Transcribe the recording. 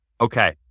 okay